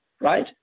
right